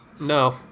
No